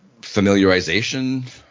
familiarization